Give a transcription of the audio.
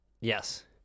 Yes